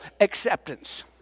acceptance